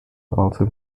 also